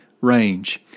range